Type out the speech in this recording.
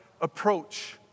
approach